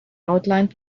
outlined